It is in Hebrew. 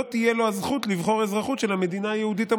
אני מכריז על